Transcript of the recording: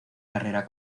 carrera